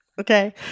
okay